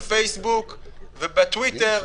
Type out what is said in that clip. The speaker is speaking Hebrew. בפייסבוק ובטוויטר.